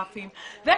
לדבר.